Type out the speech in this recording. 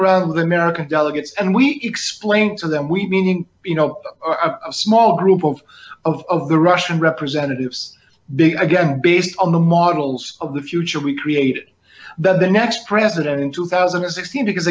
around with american delegates and we explained to them we meaning you know a small group of of the russian representatives big again based on the models of the future we created the next president in two thousand and sixteen because